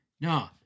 No